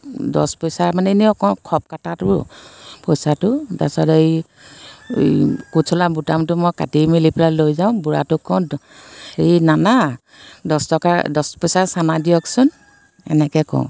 দছ পইচা মানে এনেই অকণ খব কাটাতো পইচাটো তাৰ পাছত এই কোট চোলাৰ বুটামটো মই কাটি মেলি পেলাই লৈ যাওঁ বুঢ়াটোক কওঁ দ হেৰি নানা দহ টকাৰ দহ পইচাৰ চানা দিয়কচোন এনেকৈ কওঁ